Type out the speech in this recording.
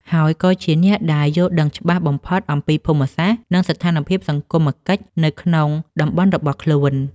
ហើយក៏ជាអ្នកដែលយល់ដឹងច្បាស់បំផុតអំពីភូមិសាស្ត្រ និងស្ថានភាពសង្គមកិច្ចនៅក្នុងតំបន់របស់ខ្លួន។